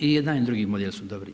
I jedan i drugi model su dobri.